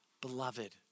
beloved